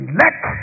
let